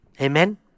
Amen